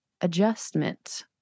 adjustment